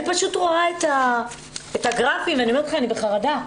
אני רואה את הגרפים ואני בחרדה,